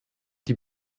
die